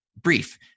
brief